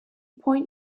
point